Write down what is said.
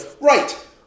Right